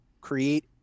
create